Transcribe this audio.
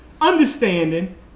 understanding